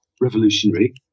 revolutionary